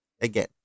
Again